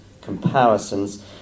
comparisons